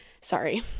sorry